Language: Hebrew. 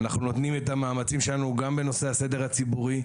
אנחנו נותנים את המאמצים שלנו גם בנושא הסדר הציבורי,